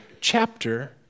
chapter